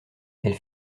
elles